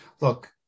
Look